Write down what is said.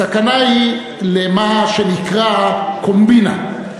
הסכנה היא במה שנקרא קומבינה.